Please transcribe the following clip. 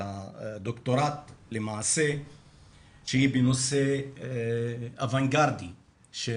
את הדוקטורט למעשה שהוא בנושא אוונגרדי של